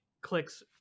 clicks